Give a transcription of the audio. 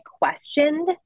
questioned